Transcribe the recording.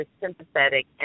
sympathetic